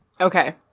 Okay